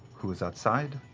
who's outside,